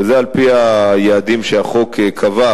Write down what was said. וזה על-פי היעדים שהחוק קבע,